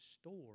store